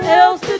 else